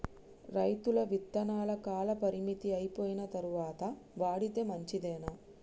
రైతులు విత్తనాల కాలపరిమితి అయిపోయిన తరువాత వాడితే మంచిదేనా?